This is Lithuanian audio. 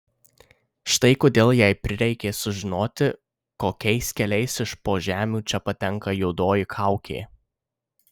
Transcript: štai kodėl jai prireikė sužinoti kokiais keliais iš po žemių čia patenka juodoji kaukė